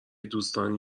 دوستانی